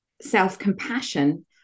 self-compassion